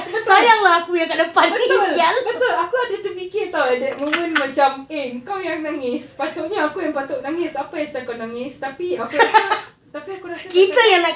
betul betul betul aku ada terfikir [tau] at that moment macam eh kau yang nangis sepatutnya aku yang patut nangis apa sia kau nangis tapi aku rasa tapi aku rasa kadang-kadang